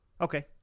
Okay